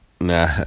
nah